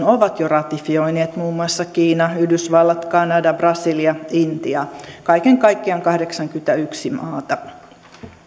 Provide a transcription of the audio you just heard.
ovat jo ratifioineet muun muassa kiina yhdysvallat kanada brasilia intia kaiken kaikkiaan kahdeksankymmentäyksi maata